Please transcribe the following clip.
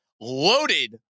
Loaded